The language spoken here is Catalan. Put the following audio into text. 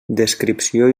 descripció